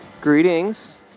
Greetings